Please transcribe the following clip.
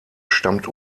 stammt